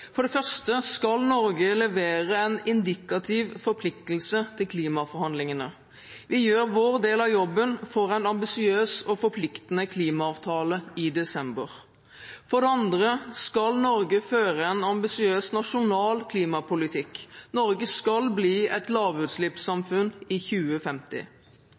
For det første skal Norge levere en indikativ forpliktelse til klimaforhandlingene. Vi gjør vår del av jobben for en ambisiøs og forpliktende klimaavtale i desember. For det andre skal Norge føre en ambisiøs nasjonal klimapolitikk. Norge skal bli et lavutslippssamfunn i 2050.